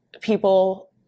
People